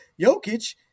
Jokic